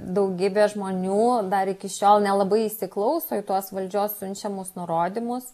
daugybė žmonių dar iki šiol nelabai įsiklauso į tuos valdžios siunčiamus nurodymus